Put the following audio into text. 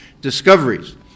discoveries